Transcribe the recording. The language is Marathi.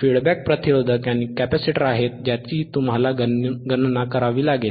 फीडबॅक प्रतिरोधक आणि कॅपेसिटर आहेत ज्याची तुम्हाला गणना करावी लागेल